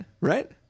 Right